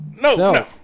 No